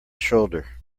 shoulder